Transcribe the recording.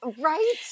Right